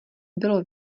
bylo